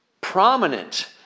prominent